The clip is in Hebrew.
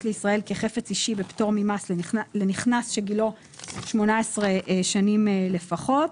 לישראל כחפץ אישי בפטור ממס לנכנס שגילו 18 שנים לפחות.